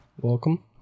Welcome